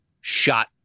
shot